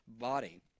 body